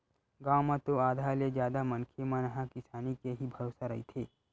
गाँव म तो आधा ले जादा मनखे मन ह किसानी के ही भरोसा रहिथे